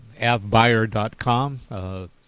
avbuyer.com